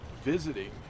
visiting